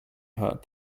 heard